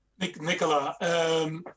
Nicola